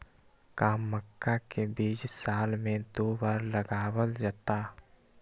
का मक्का के बीज साल में दो बार लगावल जला?